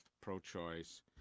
pro-choice